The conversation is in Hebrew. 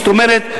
זאת אומרת,